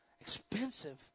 Expensive